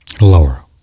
lower